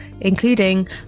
including